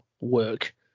work